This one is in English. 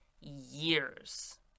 years